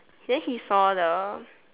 then he saw the